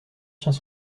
tient